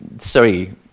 sorry